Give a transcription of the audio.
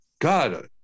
God